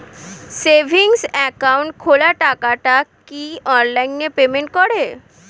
Savings account খোলা টাকাটা কি অনলাইনে পেমেন্ট করে?